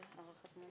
אין סעיף 93 נתקבל.